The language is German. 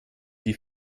die